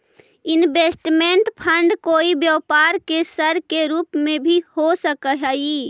investment fund कोई व्यापार के सर के रूप में भी हो सकऽ हई